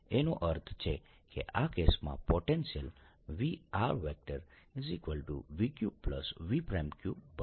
એનો અર્થ છે કે આ કેસમાં પોટેન્શિયલ v vqvq બનશે